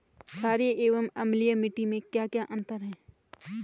छारीय एवं अम्लीय मिट्टी में क्या क्या अंतर हैं?